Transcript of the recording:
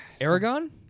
Aragon